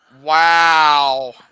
Wow